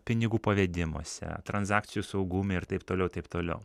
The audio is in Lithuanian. pinigų pavedimuose transakcijų saugume ir taip toliau taip toliau